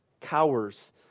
cowers